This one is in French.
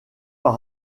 par